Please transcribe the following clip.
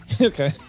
okay